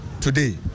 today